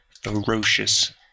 ferocious